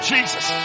Jesus